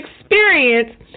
experience